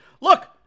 Look